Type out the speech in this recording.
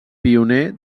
pioner